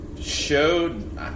showed